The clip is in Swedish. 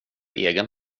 egen